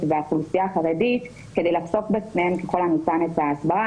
והאוכלוסייה החרדית כדי לחשוף בפניהם ככל הניתן את ההסברה.